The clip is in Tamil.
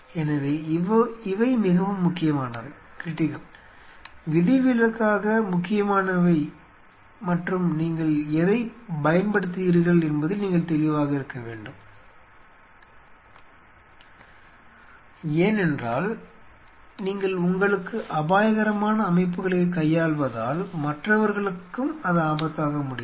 எனவே இவை மிகவும் முக்கியமானவை critical விதிவிலக்காக முக்கியமானவை மற்றும் நீங்கள் எதைப் பயன்படுத்துகின்றீர்கள் என்பதில் நீங்கள் தெளிவாக இருக்க வேண்டும் ஏனென்றால் நீங்கள் உங்களுக்கு அபாயகரமான அமைப்புகளை கையாள்வதால் மற்றவர்களுக்கும் அது ஆபத்தாக முடியும்